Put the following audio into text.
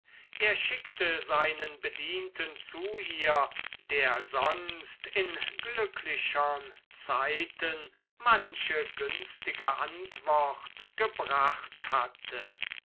er schickte seinen bedienten zu ihr der sonst in glücklichern zeiten manche günstige antwort gebracht hatte